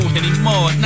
anymore